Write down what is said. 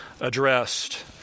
addressed